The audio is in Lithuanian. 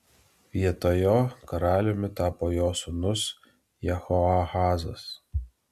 vietoj jo karaliumi tapo jo sūnus jehoahazas